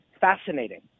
fascinating